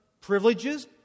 privileges